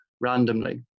randomly